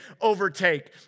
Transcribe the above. overtake